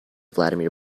vladimir